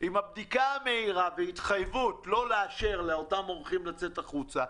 עם הבדיקה המהירה והתחייבות לא לאשר לאותם אורחים לצאת החוצה,